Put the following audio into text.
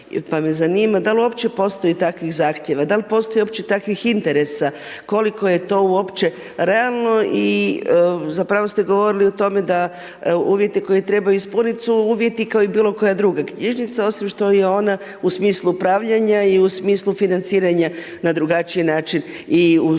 pa me zanima da li uopće postoji takvih zahtjeva, da li postoji uopće takvih interesa, koliko je to uopće realno i zapravo ste govorili o tome da uvjete koje trebaju ispunit su uvjeti kao i bilo koja druga knjižnica osim što je ona u smislu upravljanja i u smislu financiranja na drugačiji način i u slučaju